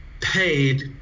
paid